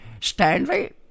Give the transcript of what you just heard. Stanley